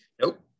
Nope